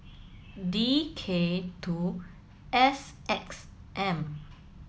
D K two S X M